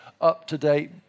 up-to-date